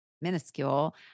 minuscule